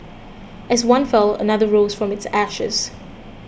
as one fell another rose from its ashes